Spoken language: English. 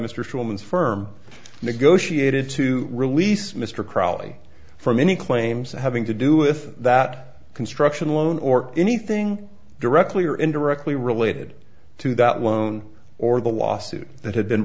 schulman's firm negotiated to release mr crawley from any claims having to do with that construction loan or anything directly or indirectly related to that loan or the lawsuit that had been